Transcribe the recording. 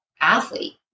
athlete